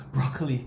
Broccoli